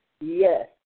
Yes